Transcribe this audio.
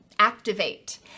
activate